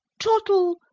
trottle,